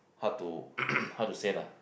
hard to hard to say lah